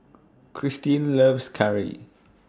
Kristine loves Curry